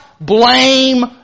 blame